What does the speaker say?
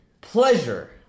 Pleasure